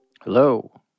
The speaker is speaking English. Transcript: Hello